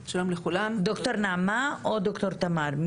ד"ר נעמה או ד"ר תמר?